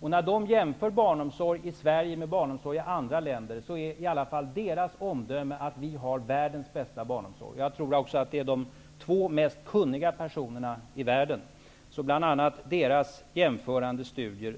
När de jämför barnom sorg i Sverige, med barnomsorg i andra länder, är i alla fall deras omdöme att Sverige har världens bästa barnomsorg. Jag tror att de är de två mest kunniga personerna i världen, och därför stöder jag mig på bl.a. deras jämförande studier.